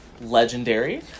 legendary